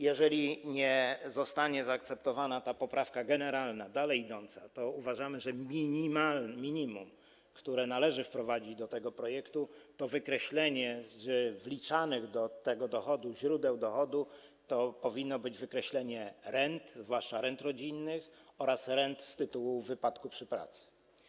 Jeżeli nie zostanie zaakceptowana ta poprawka generalna, dalej idąca, to uważamy, że minimum, które należy wprowadzić do tego projektu, to wykreślenie z wliczanych do tego dochodu źródeł dochodu w postaci rent, zwłaszcza rent rodzinnych oraz rent z tytułu wypadku przy pracy.